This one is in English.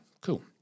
Cool